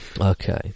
Okay